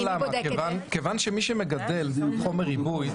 כיוון שמי שמגדל חומר ריבוי,